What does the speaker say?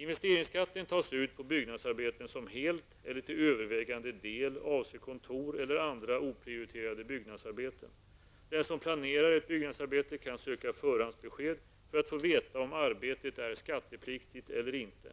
Investeringsskatten tas ut på byggnadsarbeten som helt -- eller till övervägande del -- avser kontor eller andra oprioriterade byggnadsarbeten. Den som planerar ett byggnadsarbete kan söka förhandsbesked för att få veta om arbetet är skattepliktigt eller inte.